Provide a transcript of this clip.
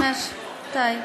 אוקיי.